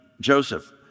Joseph